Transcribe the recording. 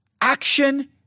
action